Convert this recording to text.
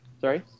Sorry